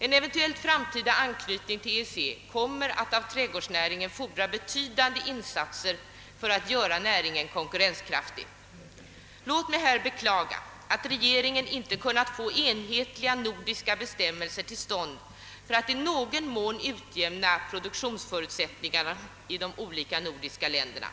En eventuell framtida anknytning till EEC kommer att av trädgårdsnäringen fordra betydande insatser för att göra näringen konkurrenskraftig. Låt mig här beklaga att regeringen inte kunnat få enhetliga nordiska bestämmelser till stånd för att i någon mån utjämna produktionsförutsättningarna i de olika nordiska länderna.